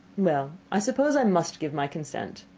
well, i suppose i must give my consent.